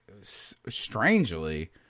strangely